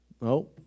No